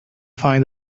find